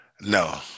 No